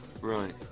Right